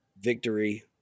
victory